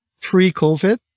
pre-COVID